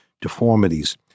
deformities